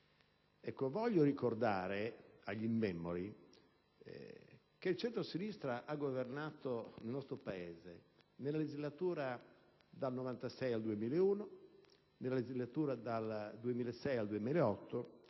Voglio ricordare agli immemori che il centrosinistra ha governato il nostro Paese nella legislatura dal 1996 al 2001 e in quella dal 2006 al 2008,